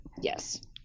Yes